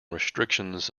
restrictions